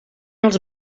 els